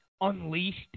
unleashed